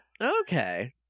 Okay